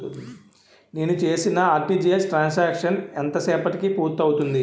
నేను చేసిన RTGS transaction ఎంత సేపటికి పూర్తి అవుతుంది?